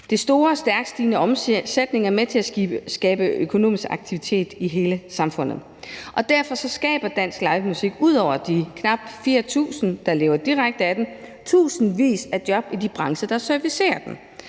Den store og stærkt stigende omsætning er med til at skabe økonomisk aktivitet i hele samfundet, og derfor skaber dansk livemusik tusindvis af job i de brancher, der servicerer de